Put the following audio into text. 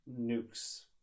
nukes